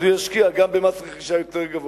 אז הוא ישקיע גם אם מס הרכישה יותר גבוה.